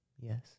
Yes